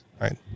right